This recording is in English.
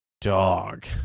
Dog